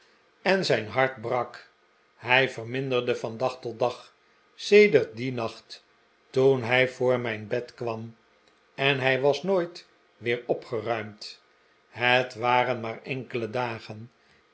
en zijn hart brak hij verminderde van dag tot dag sedert dien nacht toen hij voor mijn bed kwam en hij was nooit weer opgeruimd het waren maar enkele dagen